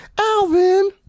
Alvin